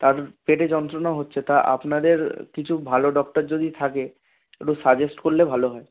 তার পেটে যন্ত্রণা হচ্ছে তা আপনাদের কিছু ভালো ডক্টর যদি থাকে একটু সাজেস্ট করলে ভালো হয়